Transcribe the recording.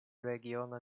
regiona